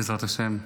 בעזרת השם,